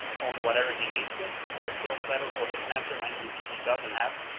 on whatever he needs it or a sales letter for his mastermind, which he doesn't have